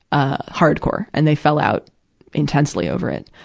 ah hard care. and they fell out intensely over it.